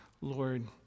Lord